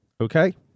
Okay